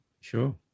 Sure